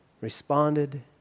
responded